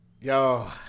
yo